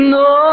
no